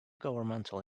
governmental